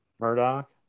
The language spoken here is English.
Murdoch